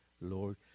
Lord